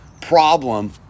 problem